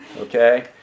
Okay